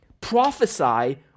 prophesy